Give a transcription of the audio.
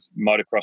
motocross